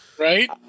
right